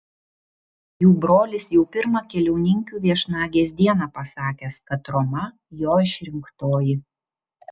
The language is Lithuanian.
jų brolis jau pirmą keliauninkių viešnagės dieną pasakęs kad roma jo išrinktoji